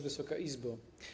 Wysoka Izbo!